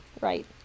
Right